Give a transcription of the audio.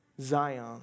Zion